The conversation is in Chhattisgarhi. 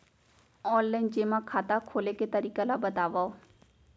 ऑनलाइन जेमा खाता खोले के तरीका ल बतावव?